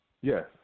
Yes